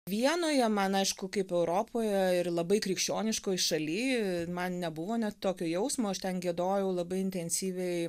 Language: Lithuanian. vienoje man aišku kaip europoje ir labai krikščioniškoj šaly man nebuvo net tokio jausmo aš ten giedojau labai intensyviai